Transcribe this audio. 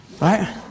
Right